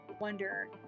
Wonder